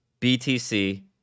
BTC